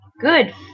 Good